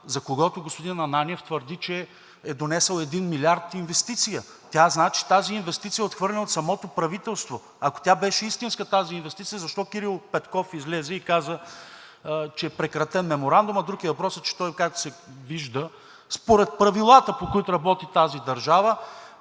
за който господин Ананиeв твърди, че е донесъл един милиард инвестиция. Значи тази инвестиция е отхвърлена от самото правителство. Ако тя беше истинска тази инвестиция, защо Кирил Петков излезе и каза, че е прекратен Меморандумът? Друг е въпросът, че той, както се вижда, според правилата, по които работи тази държава,